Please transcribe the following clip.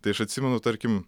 tai aš atsimenu tarkim